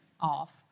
off